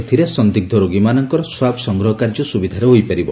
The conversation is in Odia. ଏଥିରେ ସନ୍ଦିଗ୍ନ ରୋଗୀମାନଙ୍କର ସ୍ୱାବ ସଂଗ୍ରହ କାର୍ଯ୍ୟ ସୁବିଧାରେ ହୋଇପାରିବ